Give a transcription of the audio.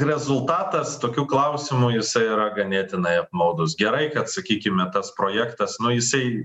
rezultatas tokių klausimų jisai yra ganėtinai apmaudus gerai kad sakykime tas projektas nu jisai